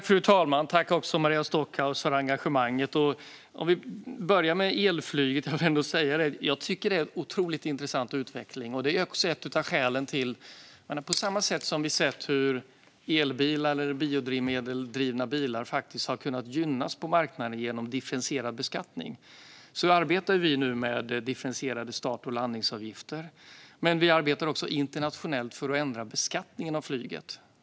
Fru talman! Tack för engagemanget, Maria Stockhaus! Vi börjar med elflyget. Jag vill ändå säga att jag tycker att det är en otroligt intressant utveckling. Efter att ha sett att elbilar och biodrivmedeldrivna bilar faktiskt har kunnat gynnas på marknaden genom differentierad beskattning arbetar vi nu med differentierade start och landningsavgifter. Men vi arbetar också internationellt för att ändra beskattningen av flyget.